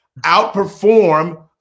outperform